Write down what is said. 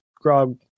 Grog